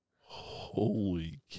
Holy